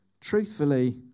truthfully